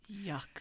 Yuck